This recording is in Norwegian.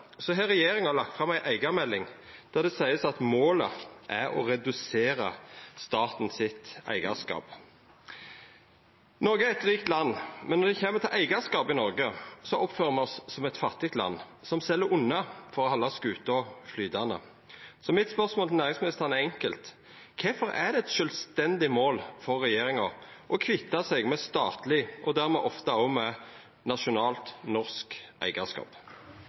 har regjeringa lagt fram ei eigarmelding der det vert sagt at målet er å redusera staten sitt eigarskap. Noreg er eit rikt land, men når det kjem til eigarskap i Noreg, oppfører me oss som eit fattig land, som sel unna for å halda skuta flytande. Så mitt spørsmål til næringsministeren er enkelt: Kvifor er det eit sjølvstendig mål for regjeringa å kvitta seg med statleg og dermed ofte òg med nasjonalt, norsk eigarskap?